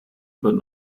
but